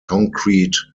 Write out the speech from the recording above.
concrete